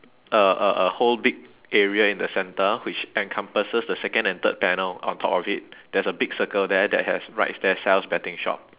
a a a whole big area in the centre which encompasses the second and third panel on top of it there's a big circle there that has writes there saul's betting shop